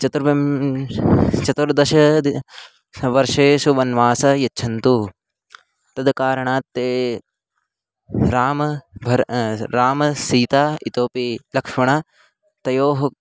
चतुर्विंश् चतुर्दश द वर्षेषु वनवासः यच्छन्तु तद् कारणात् ते रामः भर रामसीता इतोऽपि लक्ष्मणः तयोः